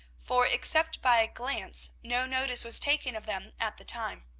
for, except by a glance, no notice was taken of them at the time.